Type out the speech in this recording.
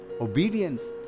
Obedience